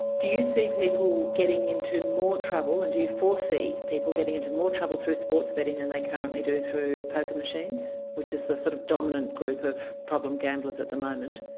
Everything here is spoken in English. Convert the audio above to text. do you see people getting into more trouble and do you foresee people getting into more trouble through sports betting than they currently do through poker machines, which is the sort of dominant group of problem gamblers at the moment?